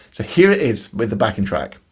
so here it is with the backing track.